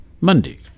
Monday